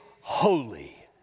Holy